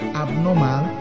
abnormal